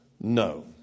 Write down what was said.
no